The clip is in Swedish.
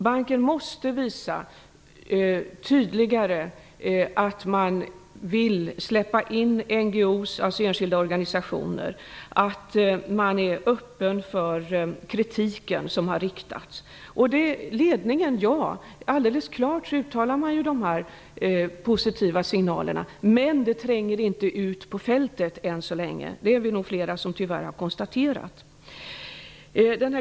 Banken måste tydligare visa att man vill släppa in NGO:s, dvs. enskilda organisationer, att man är öppen för den kritik som har riktats. Ledningen uttalar alldeles klart dessa positiva signaler, men det tränger än så länge inte ut på fältet. Tyvärr har nog flera konstaterat det.